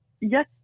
Yes